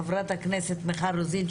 חברת הכנסת מיכל רוזין,